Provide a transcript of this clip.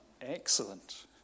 Excellent